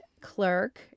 clerk